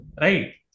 right